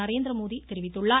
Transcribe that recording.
நரேந்திரமோடி தெரிவித்துள்ளார்